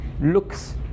looks